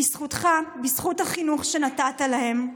בזכותך, בזכות החינוך שנתת להם.